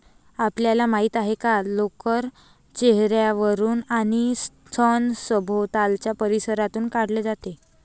आपल्याला माहित आहे का लोकर चेहर्यावरून आणि स्तन सभोवतालच्या परिसरातून काढले जाते